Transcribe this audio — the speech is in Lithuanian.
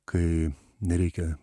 kai nereikia